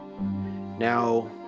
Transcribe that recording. now